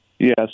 Yes